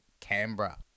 Canberra